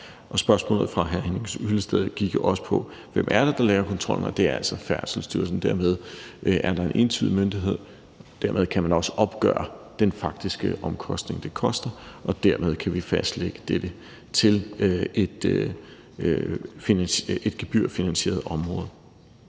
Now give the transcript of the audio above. Spørgsmålet fra hr. Henning Hyllested gik også på, hvem det er, der laver kontrollen, og det er altså Færdselsstyrelsen. Dermed er der en entydig myndighed, og dermed kan man også opgøre den faktiske omkostning, der er, og dermed kan vi fastlægge dette til et gebyrfinansieret område.